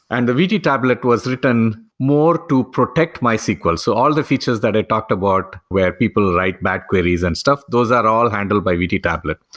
and the vt tablet was written more to protect mysql, so all the features that i talked about where people write bad queries and stuff, those are all handled by vt tablet.